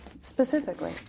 specifically